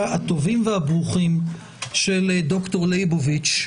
הטובים והברוכים של דוקטור ליבוביץ,